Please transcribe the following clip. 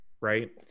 Right